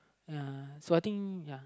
ya so I think ya